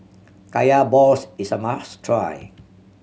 Kaya balls is a must try